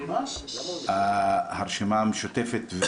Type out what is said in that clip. הרשימה המשותפת,